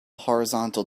horizontal